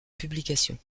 publication